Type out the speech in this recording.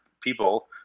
people